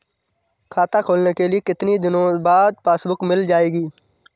खाता खोलने के कितनी दिनो बाद पासबुक मिल जाएगी?